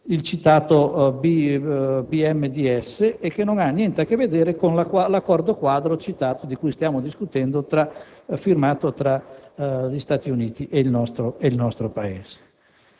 il citato BMDS e che non ha niente a che vedere con l'accordo quadro citato, di cui stiamo discutendo, firmato tra gli Stati Uniti e il nostro Paese.